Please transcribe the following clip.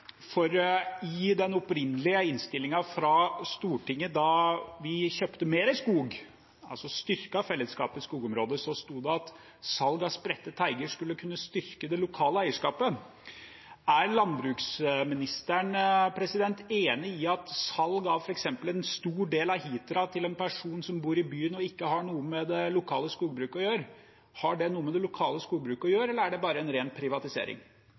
for i den opprinnelige innstillingen fra Stortinget, da vi kjøpte mer skog, altså styrket fellesskapets skogområder, sto det at salg av spredte teiger skulle kunne styrke det lokale eierskapet. Er landbruksministeren enig i at salg av f.eks. en stor del av Hitra til en person som bor i byen og ikke har noe med det lokale skogbruket å gjøre, har noe med det lokale skogbruket å gjøre? Eller er det bare